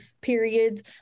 periods